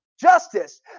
justice